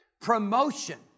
promotion